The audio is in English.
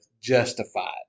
justified